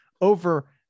over